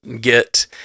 get